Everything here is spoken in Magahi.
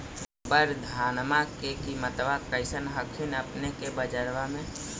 अबर धानमा के किमत्बा कैसन हखिन अपने के बजरबा में?